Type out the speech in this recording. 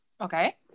Okay